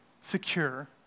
secure